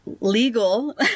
legal